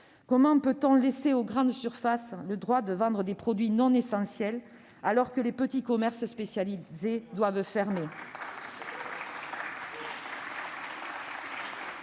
Comment peut-on laisser aux grandes surfaces le droit de vendre des produits non essentiels, alors que les petits commerces spécialisés doivent fermer ?